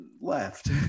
left